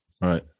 right